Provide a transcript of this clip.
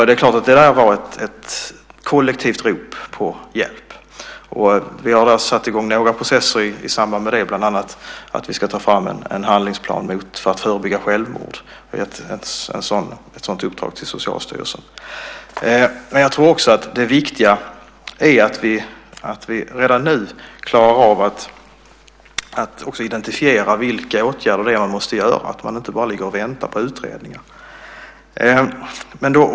Det är klart att detta har varit ett kollektivt rop på hjälp. Vi har satt i gång några processer i samband med det, bland annat att ta fram en handlingsplan för att förebygga självmord. Ett sådant uppdrag har getts till Socialstyrelsen. Det som dock också är viktigt är att vi redan nu klarar av att identifiera vilka åtgärder man måste vidta, att man inte bara ligger och väntar på utredningar.